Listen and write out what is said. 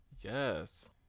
Yes